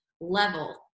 level